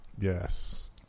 Yes